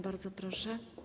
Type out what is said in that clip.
Bardzo proszę.